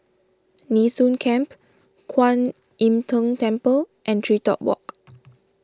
Nee Soon Camp Kwan Im Tng Temple and TreeTop Walk